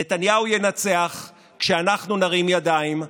נתניהו ינצח כשאנחנו נרים ידיים,